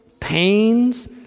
pains